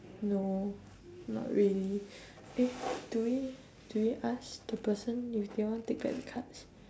no not really eh do we do we ask the person if they want take back the cards